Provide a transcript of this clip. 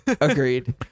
Agreed